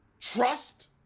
trust